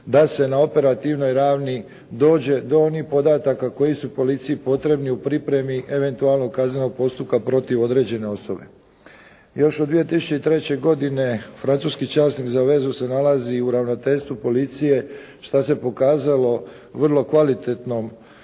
da se na operativnoj ravni dođe do onih podataka koji su policiji potrebni u pripremi eventualnog kaznenog postupka protiv određene osobe. Još u 2003. godine francuski časnik za vezu se nalazi u ravnateljstvu policije što se pokazalo vrlo kvalitetnim